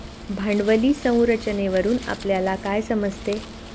भांडवली संरचनेवरून आपल्याला काय समजते?